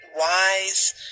Wise